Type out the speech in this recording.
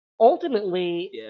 Ultimately